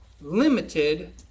limited